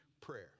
prayer